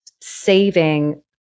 saving